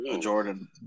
Jordan